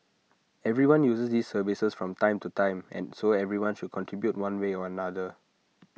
everyone uses these services from time to time and so everyone should contribute one way or another